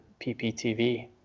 PPTV